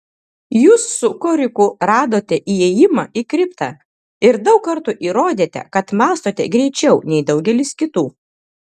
jūs su koriku radote įėjimą į kriptą ir daug kartų įrodėte kad mąstote greičiau nei daugelis kitų